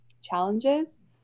challenges